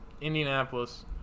Indianapolis